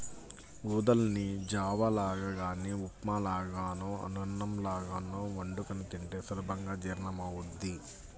ఊదల్ని జావ లాగా గానీ ఉప్మా లాగానో అన్నంలాగో వండుకొని తింటే సులభంగా జీర్ణమవ్వుద్ది